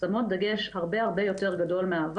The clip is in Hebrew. שמות דגש הרבה הרבה יותר גדול מהעבר